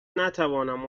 نتوانم